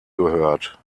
gehört